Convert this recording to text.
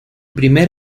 primer